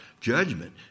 judgment